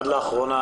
עד לאחרונה,